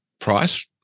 price